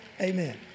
Amen